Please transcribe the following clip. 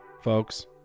folks